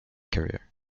career